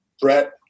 Brett